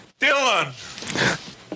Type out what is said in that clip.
Dylan